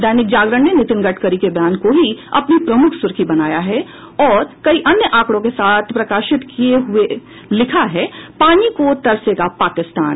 दैनिक जागरण ने नितिन गडकरी के बयान को ही अपनी प्रमुख सूर्खी बनाया है और कई अन्य आंकड़ों के साथ प्रकाशित करते हुये लिखा है पानी को तरसेगा पाकिस्तान